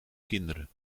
kinderen